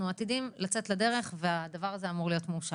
עתידים לצאת לדרך והדבר הזה אמור להיות מאושר.